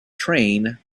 train